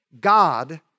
God